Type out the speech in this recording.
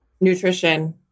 nutrition